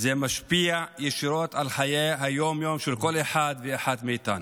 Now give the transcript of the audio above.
זה משפיע ישירות על חיי היום-יום של כל אחד ואחת מאיתנו.